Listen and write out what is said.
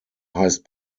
heißt